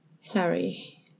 Harry